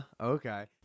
okay